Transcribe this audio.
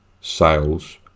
sales